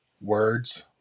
words